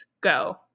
go